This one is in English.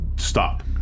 Stop